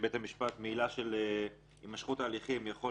שבשל עילה של הימשכות ההליכים בית המשפט יכול